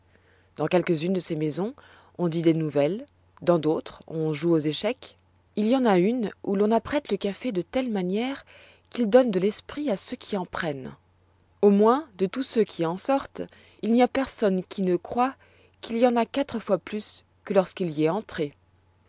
dans quelques-unes de ces maisons on dit des nouvelles dans d'autres on joue aux échecs il y en a une où l'on apprête le café de telle manière qu'il donne de l'esprit à ceux qui en prennent au moins de tous ceux qui en sortent il n'y a personne qui ne croie qu'il en a quatre fois plus que lorsqu'il y est entré